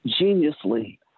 geniusly